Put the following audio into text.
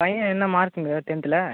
பையன் என்ன மார்க்குங்க டென்த்தில்